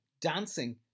dancing